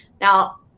Now